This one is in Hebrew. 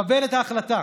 קבל את ההחלטה.